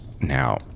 Now